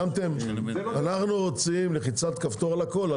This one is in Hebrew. אנחנו רוצים לחיצת כפתור על הכול.